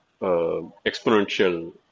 exponential